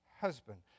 husband